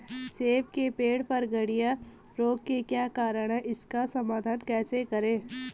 सेब के पेड़ पर गढ़िया रोग के क्या कारण हैं इसका समाधान कैसे करें?